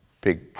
big